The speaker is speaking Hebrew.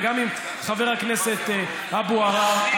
וגם עם חבר הכנסת אבו עראר,